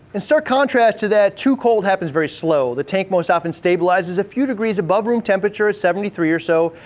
in stark contrast to that, too cold happens very slow. the tank most often stabilizes a few degrees above room temperature at seventy three or so.